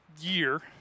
year